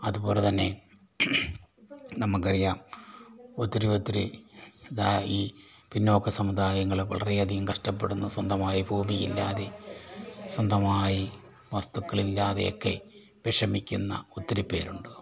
അതുപോലെതന്നെ നമുക്കറിയാം ഒത്തിരി ഒത്തിരി ദാ ഈ പിന്നോക്ക സമുദായങ്ങളും വളരെയധികം കഷ്ട്ടപ്പെടുന്ന സ്വന്തമായി ഭൂമി ഇല്ലാതെ സ്വന്തമായി വസ്തുക്കളില്ലാതെയൊക്കെ വിഷമിക്കുന്ന ഒത്തിരി പേരുണ്ട്